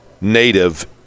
native